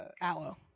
aloe